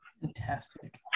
Fantastic